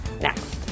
next